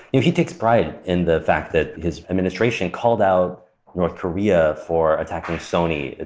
yeah he takes pride in the fact that his administration called out north korea for attacking sony.